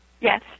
Yes